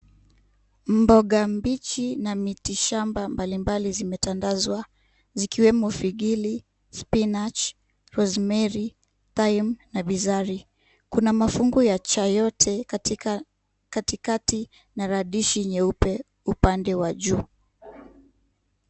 Mboga mbichi na miti shamba mbalimbali zimetandazwa zikiwemo figili, spinach, rosemary, thyme na bizari. Kuna mafungu ya cha yote katikati na radishi nyeupe upande wa juu.